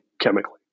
chemically